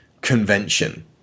convention